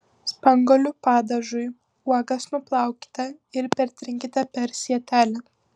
spanguolių padažui uogas nuplaukite ir pertrinkite per sietelį